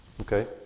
Okay